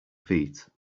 feet